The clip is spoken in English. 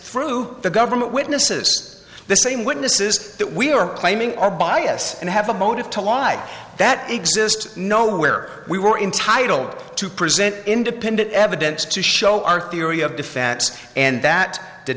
through the government witnesses the same witnesses that we are claiming are biased and have a motive to lie that exist nowhere we were entitled to present independent evidence to show our theory of defense and that did